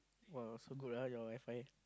!wah! so good ah your alpha